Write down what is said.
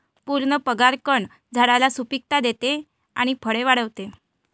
पूर्ण परागकण झाडाला सुपिकता देते आणि फळे वाढवते